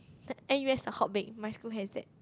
N_U_S the Hotcakes my school has that